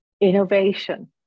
Innovation